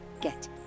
get